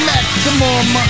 Maximum